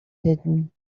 hidden